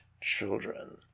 children